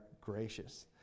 gracious